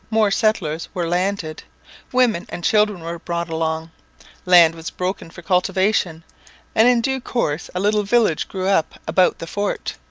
more settlers were landed women and children were brought along land was broken for cultivation and in due course a little village grew up about the fort.